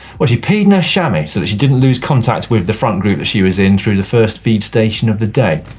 well she peed in her chamois so that she didn't lose contact with the front group that she was in, through to the first feed station of the day.